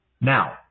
Now